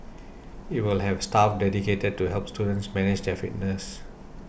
it will have staff dedicated to help students manage their fitness